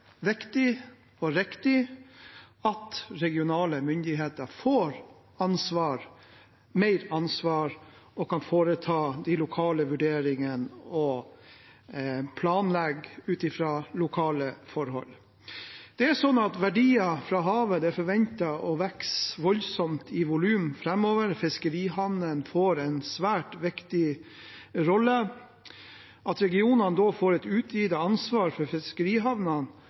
viktig og riktig at regionale myndigheter får ansvar – mer ansvar – og kan foreta de lokale vurderingene og planlegge ut fra lokale forhold. Verdier fra havet er forventet å vokse voldsomt i volum framover. Fiskerihavnene får en svært viktig rolle. At regionene da får et utvidet ansvar for fiskerihavnene,